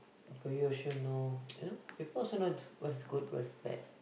so you should know people should know what's good what's bad